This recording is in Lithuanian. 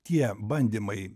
tie bandymai